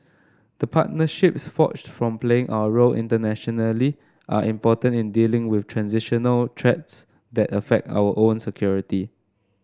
the partnerships forged from playing our role internationally are important in dealing with transnational threats that affect our own security